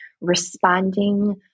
responding